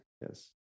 yes